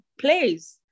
place